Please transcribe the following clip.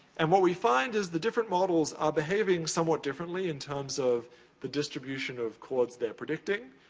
and what we find is the different models are behaving somewhat differently in terms of the distribution of chords they're predicting.